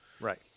Right